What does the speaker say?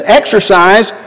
exercise